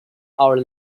our